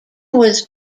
was